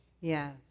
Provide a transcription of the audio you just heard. Yes